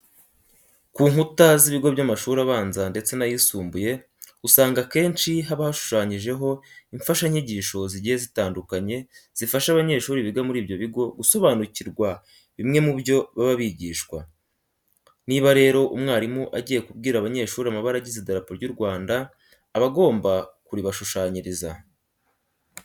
Ku nkuta z'ibigo by'amashuri abanza ndetse n'ayisumbuye usanga akensho haba hashushanyijeho imfashanyigisho ziigiye zitandukanye zifasha abanyeshuri biga muri ibyo bigo gusobanukirwea bimwe mu byo baba bigishwa. Niba rero umwarimu agiye kubwira abanyeshuri amabara agize Idarapo ry'u Rwanda, aba agomba kuribashushanyiriza.